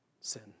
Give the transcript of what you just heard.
sin